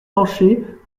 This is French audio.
pancher